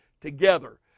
together